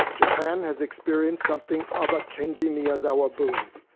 japan has experienced something of a kenji miyazawa boom.